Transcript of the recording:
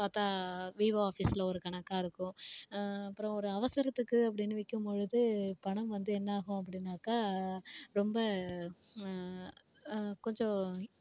பார்த்தா விஓ ஆஃபிஸில் ஒரு கணக்காகருக்கும் அப்புறம் ஒரு அவசரத்துக்கு அப்படின்னு விற்கும் பொழுது பணம் வந்து என்ன ஆகும் அப்படினாக்க ரொம்ப கொஞ்சம்